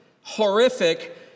horrific